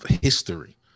history